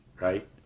right